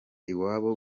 iwabo